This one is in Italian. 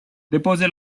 depose